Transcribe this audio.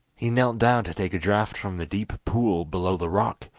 he knelt down to take a draught from the deep pool below the rock,